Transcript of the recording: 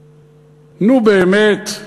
נו, באמת.